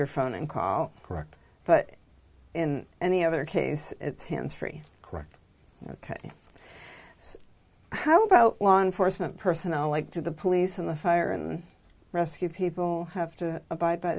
your phone and call correct but in any other case it's hands free correct ok so how about law enforcement personnel like to the police and the fire and rescue people have to abide by